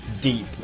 deep